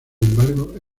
embargo